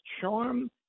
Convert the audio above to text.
charm